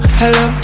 hello